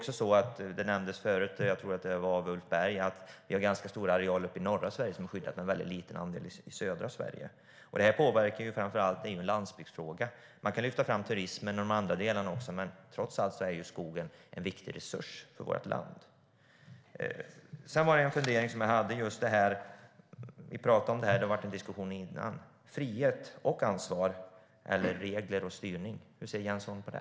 Som nämndes tidigare - jag tror att det var av Ulf Berg - har vi ganska stora arealer uppe i norra Sverige som är skyddade, men i södra Sverige är andelen väldigt liten. Det påverkar och är framför allt en landsbygdsfråga. Man kan lyfta fram turismen och de andra delarna också, men skogen är trots allt en viktig resurs för vårt land. Jag har en annan fundering som det har varit en diskussion om tidigare, nämligen frihet och ansvar, eller regler och styrning. Hur ser Jens Holm på det?